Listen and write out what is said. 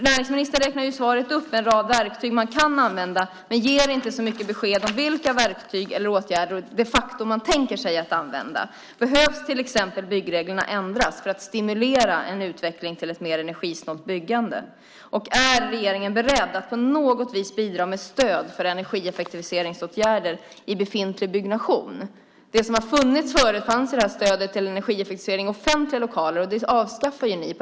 Näringsministern räknade i sitt svar upp en rad verktyg som kan användas, men hon gav inte så många besked om vilka verktyg eller åtgärder hon de facto tänker sig använda. Behöver till exempel byggreglerna ändras för att stimulera en utveckling till ett mer energisnålt byggande? Är regeringen beredd att på något vis bidra med stöd för energieffektiviseringsåtgärder i befintlig byggnation? Tidigare fanns stödet på 1,1 miljard till energieffektivisering av offentliga lokaler. Det avskaffade ni.